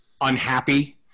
unhappy